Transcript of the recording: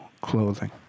Clothing